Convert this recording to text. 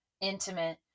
intimate